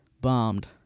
bombed